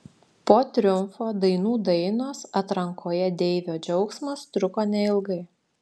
po triumfo dainų dainos atrankoje deivio džiaugsmas truko neilgai